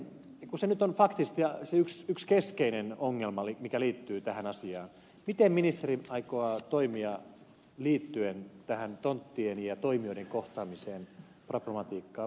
kun se nyt on faktisesti se yksi keskeinen ongelma mikä liittyy tähän asiaan miten ministeri aikoo toimia liittyen tähän tonttien ja toimijoiden kohtaamisen problematiikkaan